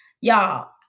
y'all